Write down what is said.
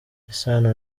isano